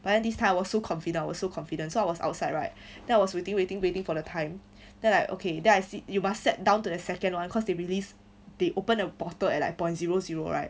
but then this time I was so confident I was so confident so I was outside right then I was waiting waiting waiting for the time then like okay then I see you must set down to the second one cause they release they open a bottle at like point zero zero right